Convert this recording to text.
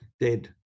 dead